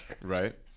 right